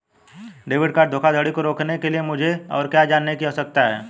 Debit card धोखाधड़ी को रोकने के लिए मुझे और क्या जानने की आवश्यकता है?